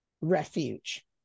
refuge